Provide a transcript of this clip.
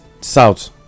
south